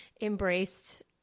embraced